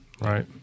Right